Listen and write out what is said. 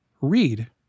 read